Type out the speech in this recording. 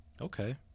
Okay